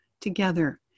Together